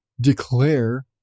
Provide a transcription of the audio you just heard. declare